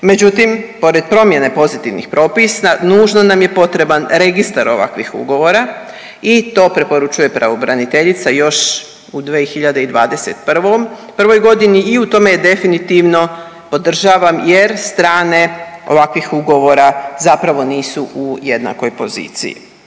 Međutim pored promjene pozitivnih propisa nužno nam je potreban registar ovakvih ugovora i to preporučuje pravobraniteljica još u 2021.g. i u tome je definitivno podržavam jer strane ovakvih ugovora zapravo nisu u jednakoj poziciji.